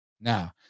Now